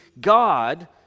God